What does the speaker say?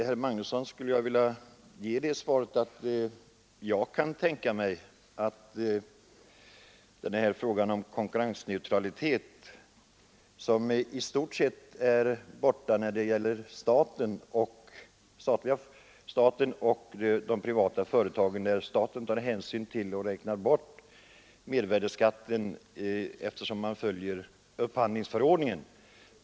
Herr talman! Jag vill ge det svaret till herr Magnusson i Borås att frågan om konkurrensneutralitet i stort sett är borta när det gäller staten och de privata företag där staten tar hänsyn till och räknar bort mervärdeskatten eftersom företagen följer upphandlingsförordningen.